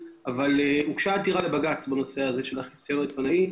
הוגשה עתירה לבג"ץ בנושא של החיסיון העיתונאי.